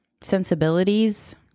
sensibilities